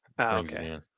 Okay